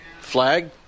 flag